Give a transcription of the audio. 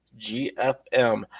GFM